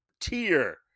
tier